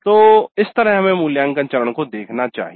तो इस तरह हमें मूल्यांकन चरण को देखना चाहिए